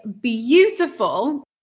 beautiful